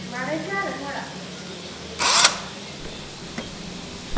म्हराज केह् हगाल ऐ थुआढ़ा